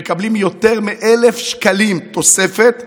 מקבלים יותר מ-1,000 שקלים תוספת,